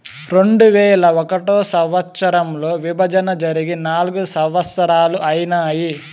రెండువేల ఒకటో సంవచ్చరంలో విభజన జరిగి నాల్గు సంవత్సరాలు ఐనాయి